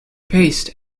paste